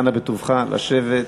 אנא בטובך, לשבת.